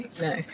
No